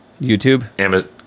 YouTube